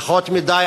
פחות מדי,